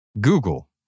Google